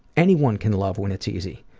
anyone can love when it's easy.